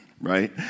right